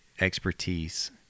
Expertise